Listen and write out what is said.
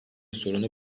sorunu